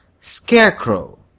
Scarecrow